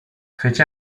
fece